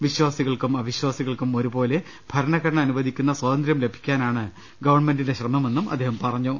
വിശ്വാസികൾക്കും അവിശ്വാസികൾക്കും ഒരുപോലെ ഭരണഘ ടന അനുവദിക്കുന്ന സ്വാതന്ത്രൃം ലഭിക്കാനാണ് ഗവൺമെന്റിന്റെ ശ്രമമെന്ന് അദ്ദേഹം പറഞ്ഞു